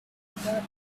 that